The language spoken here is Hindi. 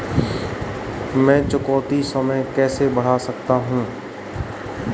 मैं चुकौती समय कैसे बढ़ा सकता हूं?